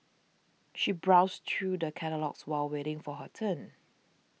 she browsed through the catalogues while waiting for her turn